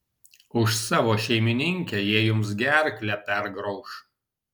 už savo šeimininkę jie jums gerklę pergrauš